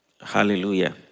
Hallelujah